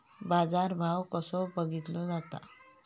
बाजार भाव कसो बघीतलो जाता?